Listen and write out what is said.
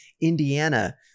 Indiana